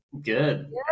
Good